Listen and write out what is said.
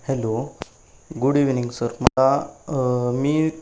hello good evening sir मला मी